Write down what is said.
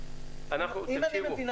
אם אני מבינה